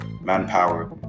manpower